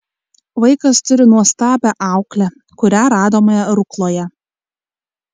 vaikas turi nuostabią auklę kurią radome rukloje